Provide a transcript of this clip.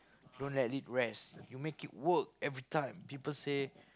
don't let it rest you make it work every time people say